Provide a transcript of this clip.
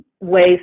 ways